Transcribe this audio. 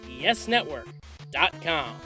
yesnetwork.com